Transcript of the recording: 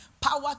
Power